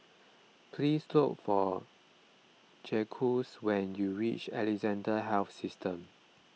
please look for Jacquez when you reach Alexandra Health System